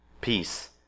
Peace